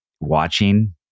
watching